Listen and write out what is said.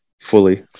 fully